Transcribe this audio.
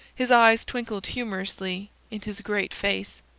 his eyes twinkled humourously in his great face.